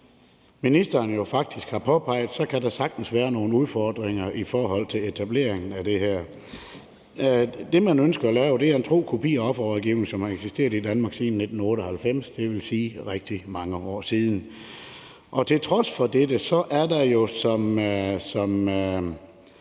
ministeren faktisk har påpeget, kan der sagtens være nogle udfordringer i forhold til etableringen af det. Det, man ønsker at lave, er en tro kopi af offerrådgivningen, som har eksisteret i Danmark siden 1998, dvs. i rigtig mange år. Til trods for dette er det, som